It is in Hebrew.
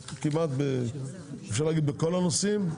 אפשר להגיד בכל הנושאים.